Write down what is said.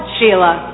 Sheila